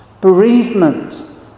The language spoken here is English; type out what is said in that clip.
bereavement